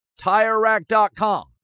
TireRack.com